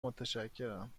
متشکرم